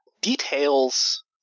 details